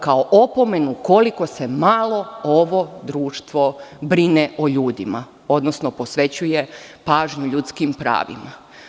Kao opomenu koliko se malo ovo društvo brine o ljudima, odnosno posvećuje pažnju ljudskim pravima.